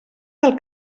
del